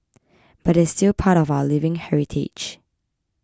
but they're still part of our living heritage